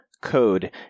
code